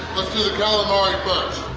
let's do the calamari but